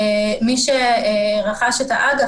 מי שרכש את האג"ח,